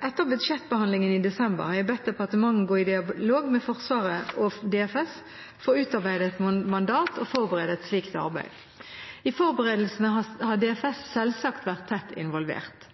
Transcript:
Etter budsjettbehandlingen i desember har jeg bedt departementet gå i dialog med Forsvaret og DFS for å utarbeide et mandat og forberede et slikt arbeid. I forberedelsene har DFS selvsagt vært tett involvert.